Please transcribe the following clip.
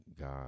God